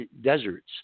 deserts